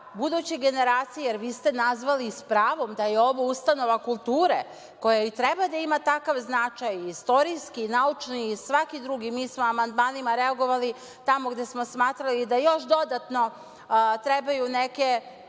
buduće generacije, jer vi ste nazvali s pravom da je ovo ustanova kultura koja i treba da ima takav značaj, istorijski, naučni i svaki drugi. Mi smo amandmanima reagovali tamo gde smo smatrali da još dodatno trebaju ti